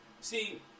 see